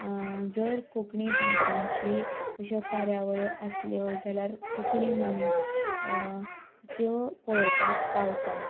जर कोंकणी भाशेची अश्यो कार्यावळी आसल्यो जाल्यार कोंकणी मनीस त्यो पळोपाक पावता